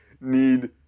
need